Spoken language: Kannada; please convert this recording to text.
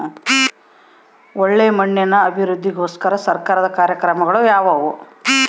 ಒಳ್ಳೆ ಮಣ್ಣಿನ ಅಭಿವೃದ್ಧಿಗೋಸ್ಕರ ಸರ್ಕಾರದ ಕಾರ್ಯಕ್ರಮಗಳು ಯಾವುವು?